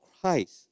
Christ